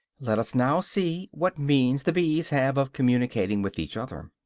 let us now see what means the bees have of communicating with each other.